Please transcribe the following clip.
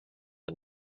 and